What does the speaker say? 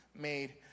made